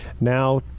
Now